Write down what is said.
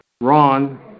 Ron